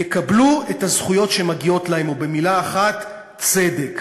יקבלו את הזכויות שמגיעות להם, ובמילה אחת: צדק.